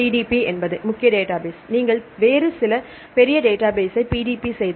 PDB என்பது முக்கிய database நீங்கள் வேறு சில பெரிய டேட்டாபேஸ்ஸை PDB செய்தால்